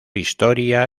historia